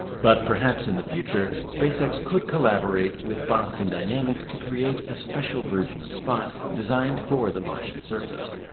but perhaps in the future, spacex could collaborate with boston dynamics to create a special version of spot, designed for the martian surface.